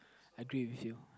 I agree with you